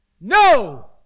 No